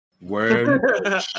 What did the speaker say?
Word